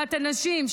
לשדולת הנשים,